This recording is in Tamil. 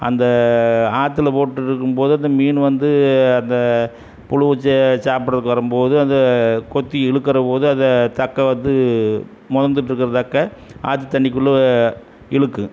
அந்த ஆற்றுல போட்டுகிட்ருக்கும்போது அந்த மீன் வந்து அந்த புழுவ சே சாப்பிடறதுக்கு வரும்போது அதை கொத்தி இழுக்குற போது அந்த தக்கை வந்து மிதந்துட்ருக்கற தக்க ஆற்று தண்ணிக்குள்ளே இழுக்கும்